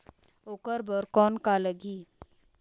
ओकर बर कौन का लगी?